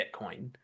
Bitcoin